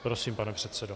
Prosím, pane předsedo.